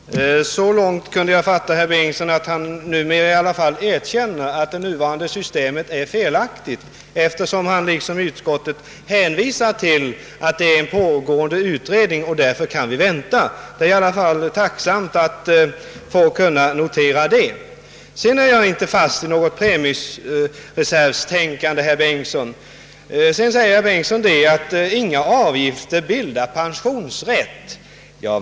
Herr talman! Så långt kunde jag fatta herr Bengtssons i Varberg resonemang som att han numera erkänner att det nuvarande systemet är felaktigt, eftersom han liksom utskottet hänvisar till att en utredning pågår och att vi därför kan vänta. Det är i alla fall tacknämligt att kunna notera det. Jag är inte fast i något premiereservtänkande, herr Bengtsson. Herr Bengtsson säger att inga avgifter bildar pensionsrätt.